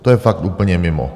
To je fakt úplně mimo.